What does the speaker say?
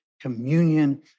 communion